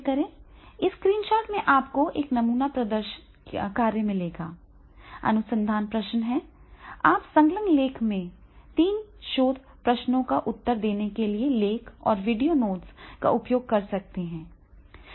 इस स्क्रीनशॉट में आपको एक नमूना प्रदर्शन कार्य मिलेगा अनुसंधान प्रश्न हैं आप संलग्न लेख में तीन शोध प्रश्नों का उत्तर देने के लिए लेख और वीडियो नोट्स का उपयोग कर सकते हैं